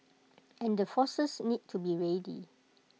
and the forces need to be ready